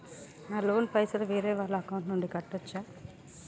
నా లోన్ పైసలు వేరే వాళ్ల అకౌంట్ నుండి కట్టచ్చా?